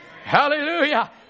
Hallelujah